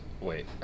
Wait